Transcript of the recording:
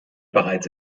bereits